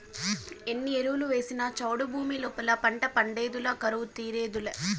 ఎన్ని ఎరువులు వేసినా చౌడు భూమి లోపల పంట పండేదులే కరువు తీరేదులే